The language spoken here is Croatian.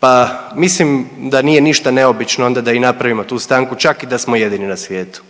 Pa mislim da nije ništa neobično onda da i napravimo tu stanku, čak i da smo jedini na svijetu.